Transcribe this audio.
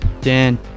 Dan